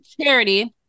Charity